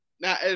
Now